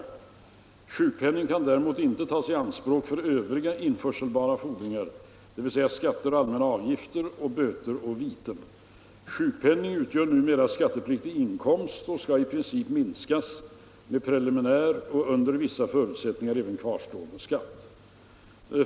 59 Sjukpenning kan däremot inte tas i anspråk för övriga införselbara fordringar, dvs. skatter och allmänna avgifter samt böter och viten. Sjukpenning utgör numera skattepliktig inkomst och skall i princip minskas med preliminär och under vissa förutsättningar även kvarstående skatt.